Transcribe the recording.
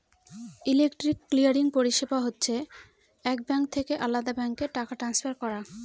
electronic clearing পরিষেবা হচ্ছে এক ব্যাঙ্ক থেকে আলদা ব্যাঙ্কে টাকা ট্রান্সফার করা